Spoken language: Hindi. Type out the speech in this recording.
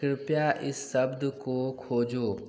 कृपया इस शब्द को खोजो